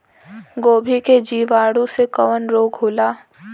गोभी में जीवाणु से कवन रोग होला?